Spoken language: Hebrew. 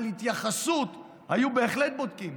על התייחסות, היו בהחלט בודקים.